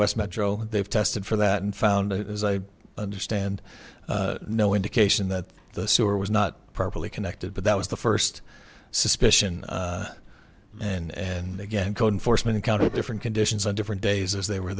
west metro they've tested for that and found it as i understand no indication that the sewer was not properly connected but that was the first suspicion and again code enforcement encounter different conditions on different days as they were